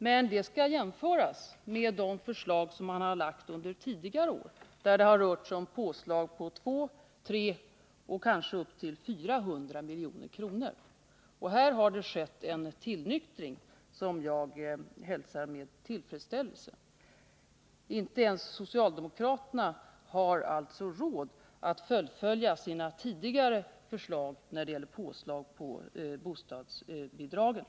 Men det skall jämföras med de förslag som man lagt fram under tidigare år, där det rört sig om påslag på 200, 300 och kanske upp till 400 milj.kr. Här har det skett en tillnyktring, som jag hälsar med tillfredsställelse. Inte ens socialdemokraterna har alltså råd att fullfölja sina tidigare förslag när det gäller påslag på bostadsbidragen.